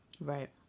Right